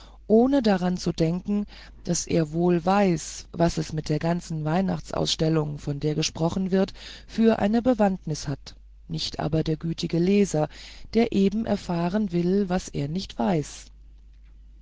ohne daran zu denken daß er wohl weiß was es mit der ganzen weihnachts ausstellung von der gesprochen wird für eine bewandtnis hat nicht aber der gütige leser der eben erfahren will was er nicht weiß